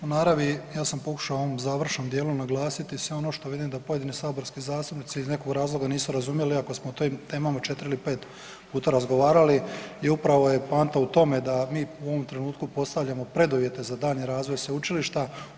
U naravi, ja sam pokušao u ovom završnom dijelu naglasiti sve ono što vidim da pojedini saborski zastupnici iz nekog razloga nismo razumjeli ako smo o tim temama 4 ili 5 puta razgovarali i upravo je poanta u tome da mi u ovom trenutku postavljamo preduvjete za daljnji razvoj sveučilišta.